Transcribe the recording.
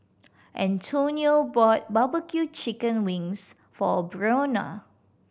Antonio bought barbecue chicken wings for Breonna